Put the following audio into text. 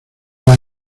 las